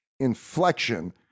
inflection